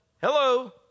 Hello